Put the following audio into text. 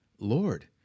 Lord